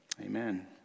Amen